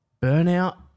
Burnout